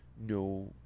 no